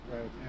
Right